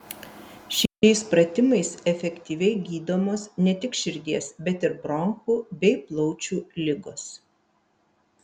šiais pratimais efektyviai gydomos ne tik širdies bet ir bronchų bei plaučių ligos